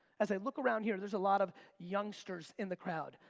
as i look around here, there's a lot of youngsters in the crowd,